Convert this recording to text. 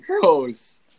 Gross